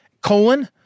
Colon